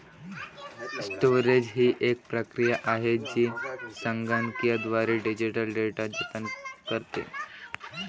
storage ही एक प्रक्रिया आहे जी संगणकीयद्वारे डिजिटल डेटा जतन करते